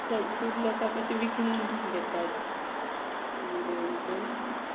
सग खूब लोकांक कशी विकूंक घेतात आमी रोवन तें